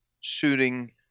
shooting